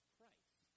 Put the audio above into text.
Christ